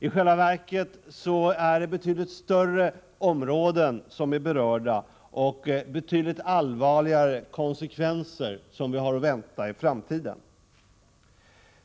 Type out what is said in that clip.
I själva verket är det betydligt större områden som är berörda och betydligt allvarligare konsekvenser som vi har att vänta i framtiden.